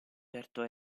certo